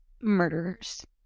murderers